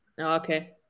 okay